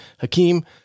Hakeem